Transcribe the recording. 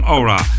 Aura